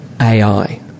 AI